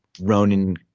Ronan